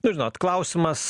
nu žinot klausimas